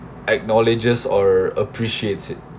acknowledges or appreciates it